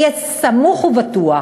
היה סמוך ובטוח